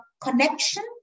connection